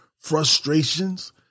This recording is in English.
frustrations